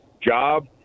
job